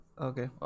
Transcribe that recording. Okay